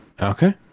Okay